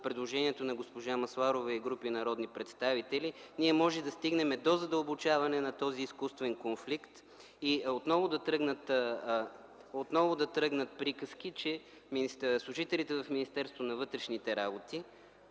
предложението на госпожа Масларова и група народни представители, ние може да стигнем до задълбочаване на този изкуствен конфликт и отново да тръгнат приказки, че служителите в Министерството на вътрешните работи